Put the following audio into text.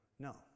No